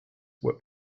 were